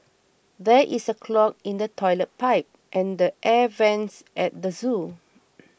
there is a clog in the Toilet Pipe and the Air Vents at the zoo